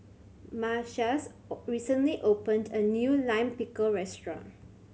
Matias recently opened a new Lime Pickle restaurant